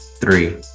three